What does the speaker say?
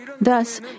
Thus